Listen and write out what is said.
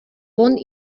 wohnt